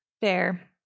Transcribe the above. Fair